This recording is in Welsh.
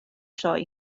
sioe